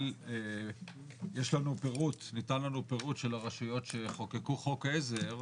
ניתן לנו פירוט של הרשויות שחוקקו חוק עזר,